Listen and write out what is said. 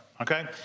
Okay